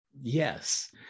yes